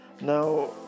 now